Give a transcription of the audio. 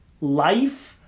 life